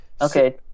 Okay